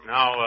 Now